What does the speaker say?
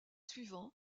suivant